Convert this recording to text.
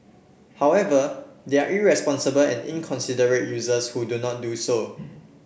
however there are irresponsible and inconsiderate users who do not do so